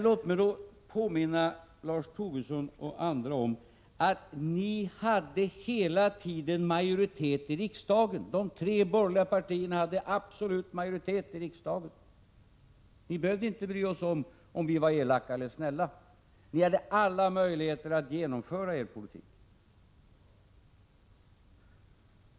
Låt mig påminna Lars Tobisson och andra om att ni hela tiden hade majoritet i riksdagen. De tre borgerliga partierna hade absolut majoritet i riksdagen. Ni behövde inte bry er om ifall vi var elaka eller snälla. Ni hade alla möjligheter att genomföra er politik.